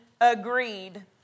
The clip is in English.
agreed